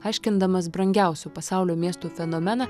aiškindamas brangiausių pasaulio miestų fenomeną